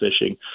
fishing